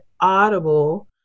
Audible